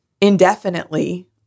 indefinitely